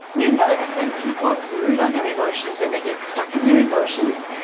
we know that when people brood on their emotions when they get stuck in their emotions,